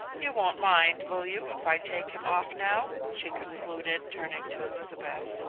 you won't mind, will you, if i take him off now? she concluded, turning to elizabeth.